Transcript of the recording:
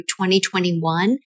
2021